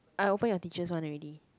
I open your teacher's one already